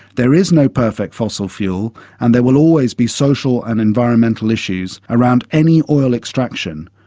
there is no perfect fossil fuel, and there will always be social and environmental issues around any oil extraction.